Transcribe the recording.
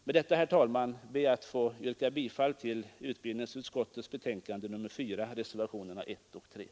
Med det anförda, herr talman, ber jag att få yrka bifall till reservationerna 1 och 3 a vid utbildningsutskottets betänkande.